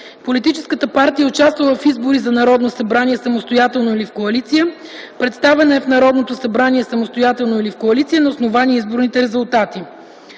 политическата партия е участвала в избори за Народно събрание самостоятелно или в коалиция, представена е в Народното събрание самостоятелно или в коалиция на основание изборните резултати.